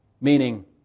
meaning